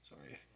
Sorry